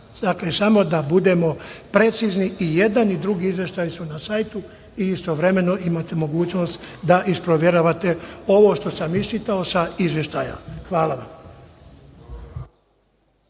Dakle, samo da budemo precizni. I jedan i drugi izveštaj su na sajtu i istovremeno imate mogućnost da isproveravate ovo što sam iščitao sa izveštaja. Hvala.